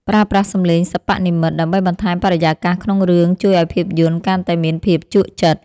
ប្រើប្រាស់សំឡេងសិប្បនិម្មិត ដើម្បីបន្ថែមបរិយាកាសក្នុងរឿងជួយឱ្យភាពយន្តកាន់តែមានភាពជក់ចិត្ត។